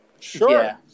sure